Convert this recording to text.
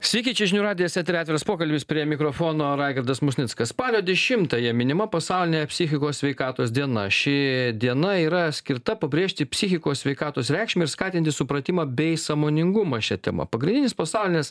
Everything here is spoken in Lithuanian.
sveiki čia žinių radijas etery atviras pokalbius prie mikrofono raigardas musnickas spalio dešimtąją minima pasaulinė psichikos sveikatos diena ši diena yra skirta pabrėžti psichikos sveikatos reikšmę ir skatinti supratimą bei sąmoningumą šia tema pagrindinis pasaulinės